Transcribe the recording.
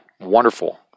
Wonderful